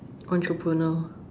entrepreneur